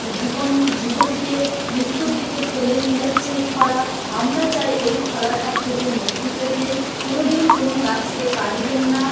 জীবন জীবনকে মৃত্যুর দিকে ঠেলে নিয়ে যাচ্ছে এই খরা আমরা চাই এই খরার হাত থেকে মুক্তি পেতে কোনো দিন কোনো গাছকে কাটবেন না